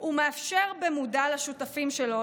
הוא מאפשר במודע לשותפים שלו,